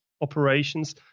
operations